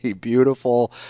beautiful